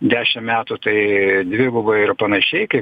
dešim metų tai dvigubai ir panašiai kai